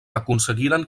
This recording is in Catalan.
aconseguiren